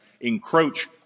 encroach